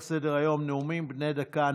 המשך סדר-היום, נאומים בני דקה.